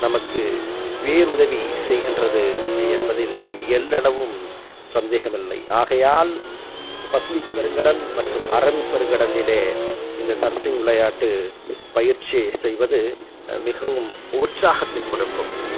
நமக்கு பேருதவி செய்கின்றது என்பதில் எல்லளவும் சந்தேகம் இல்லை ஆகையால் பசுபிக் பெருங்கடல் மற்றும் அரபிக் பெருங்கடலிலே இந்த சர்ப்ஃபிங் விளையாட்டு பயிற்சி செய்வது மிகவும் உற்சாகத்தைக் கொடுக்கும்